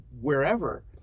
wherever